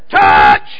Touch